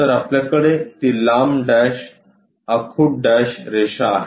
तर आपल्याकडे ती लांब डॅश आखुड डॅश रेषा आहे